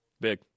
big